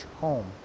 home